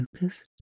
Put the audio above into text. focused